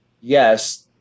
yes –